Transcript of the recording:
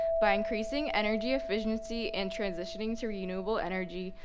by increasing energy efficiency and transitioning to renewable energy,